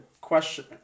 Question